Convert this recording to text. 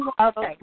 Okay